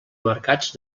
mercats